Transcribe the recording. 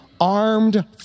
armed